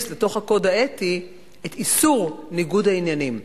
לתוך הקוד האתי את איסור ניגוד העניינים.